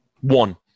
One